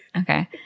Okay